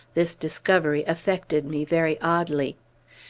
this discovery affected me very oddly.